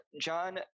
John